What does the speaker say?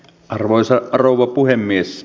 arvoisa rouva puhemies